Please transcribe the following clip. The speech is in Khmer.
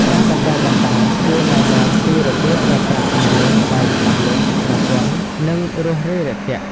ការបណ្តុះបណ្តាលគួរណែនាំពីរបៀបប្រើប្រាស់សម្លេងដែលច្បាស់លាស់ ស្រទន់ និងរួសរាយរាក់ទាក់។